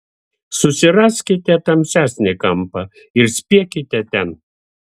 susiraskite tamsesnį kampą ir spiekite ten